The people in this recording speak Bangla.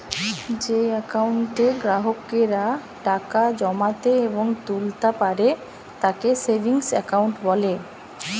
যেই একাউন্টে গ্রাহকেরা টাকা জমাতে এবং তুলতা পারে তাকে সেভিংস একাউন্ট বলে